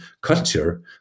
culture